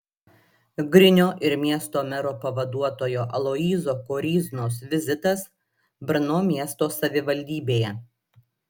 grinio ir miesto mero pavaduotojo aloyzo koryznos vizitas brno miesto savivaldybėje